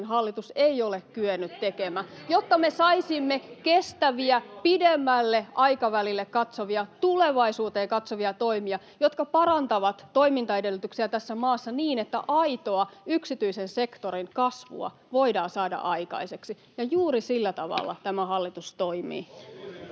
eivät ole kasvutoimia!] jotta me saisimme kestäviä, pidemmälle aikavälille katsovia, tulevaisuuteen katsovia, toimia, jotka parantavat toimintaedellytyksiä tässä maassa niin, että aitoa yksityisen sektorin kasvua voidaan saada aikaiseksi. Juuri sillä tavalla [Puhemies